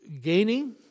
gaining